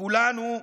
כולנו,